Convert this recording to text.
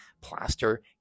plaster